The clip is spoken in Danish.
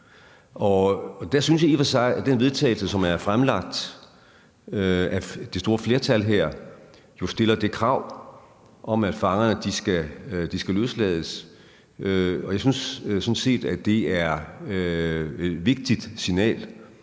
Og jeg synes i og for sig, at det forslag til vedtagelse, som er fremsat af det store flertal her og jo stiller det krav, at fangerne skal løslades, er et vigtigt signal,